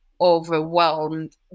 overwhelmed